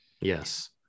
yes